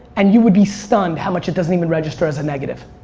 and you would be stunned how much it doesn't even register as a negative.